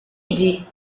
easy